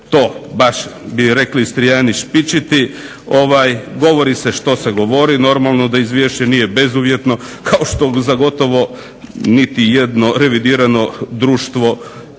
to baš bi rekli Istrijani špičiti govori se što se govori, normalno da izvješće nije bezuvjetno kao što za gotovo niti jedno revidirano društvo i nije.